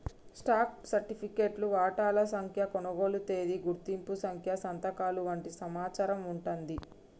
stock సర్టిఫికేట్లో వాటాల సంఖ్య, కొనుగోలు తేదీ, గుర్తింపు సంఖ్య సంతకాలు వంటి సమాచారం వుంటాంది